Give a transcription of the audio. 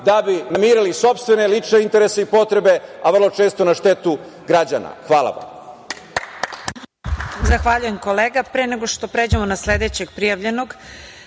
da bi namirili sopstvene lične interese i potrebe, a vrlo često na štetu građana. Hvala.